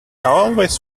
always